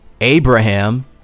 Abraham